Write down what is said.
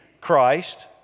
Christ